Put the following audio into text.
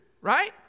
right